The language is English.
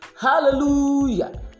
Hallelujah